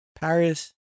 Paris